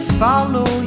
follow